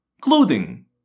Clothing